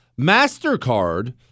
MasterCard